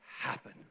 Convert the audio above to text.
happen